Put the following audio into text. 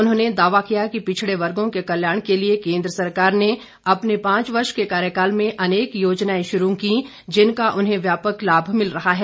उन्होंने दावा किया कि पिछड़े वर्गों के कल्याण के लिए केंद्र सरकार ने अपने पांच वर्ष के कार्यकाल में अनेक योजनाए शुरू कीं जिनका उन्हें व्यापक लाभ मिल रहा हैं